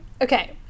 Okay